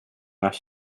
nach